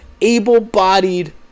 able-bodied